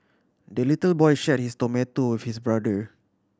the little boy shared his tomato with his brother